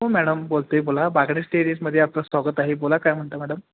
हो मॅडम बोलतो आहे बोला बागडेज डेअरीजममध्ये आपलं स्वागत आहे बोला काय म्हणता मॅडम